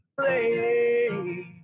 play